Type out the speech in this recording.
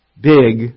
big